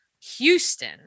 Houston